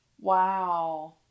Wow